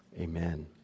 amen